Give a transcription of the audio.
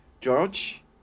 George